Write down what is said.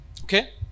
okay